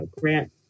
grant